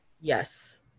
Yes